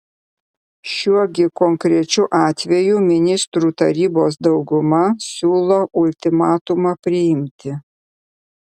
šiuo gi konkrečiu atveju ministrų tarybos dauguma siūlo ultimatumą priimti